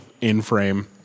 in-frame